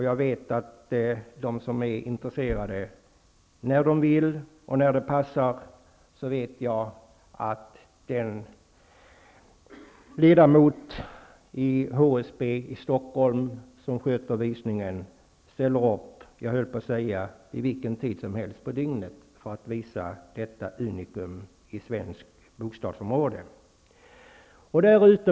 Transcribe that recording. Jag vet att de som är intresserade när som helst kan kontakta den ledamot i HSB Stockholm som sköter visningarna av detta unikum bland svenska bostadsområden för en visning vid praktiskt tagit vilken tid som helst på dygnet.